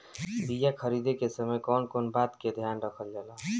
बीया खरीदे के समय कौन कौन बात के ध्यान रखल जाला?